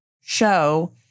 show